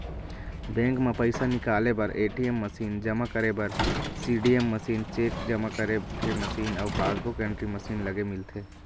bank म पइसा निकाले बर ए.टी.एम मसीन, जमा करे बर सीडीएम मशीन, चेक जमा करे के मशीन अउ पासबूक एंटरी मशीन लगे मिलथे